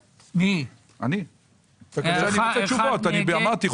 לתוכניות הבאות: תוכנית מנהלה 1,313 אלפי ₪,